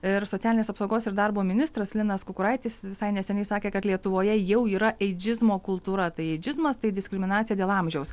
ir socialinės apsaugos ir darbo ministras linas kukuraitis visai neseniai sakė kad lietuvoje jau yra eidžizmo kultūra tai eidžizmas tai diskriminacija dėl amžiaus